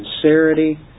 sincerity